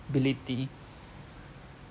profitability